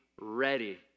ready